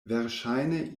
verŝajne